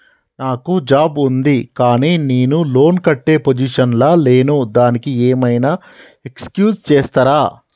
నాకు జాబ్ ఉంది కానీ నేను లోన్ కట్టే పొజిషన్ లా లేను దానికి ఏం ఐనా ఎక్స్క్యూజ్ చేస్తరా?